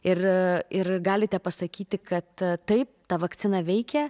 ir ir galite pasakyti kad taip ta vakcina veikia